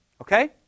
Okay